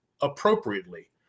appropriately